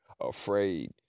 afraid